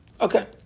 Okay